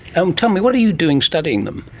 and um tell me, what are you doing studying them?